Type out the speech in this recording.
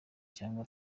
cyangwa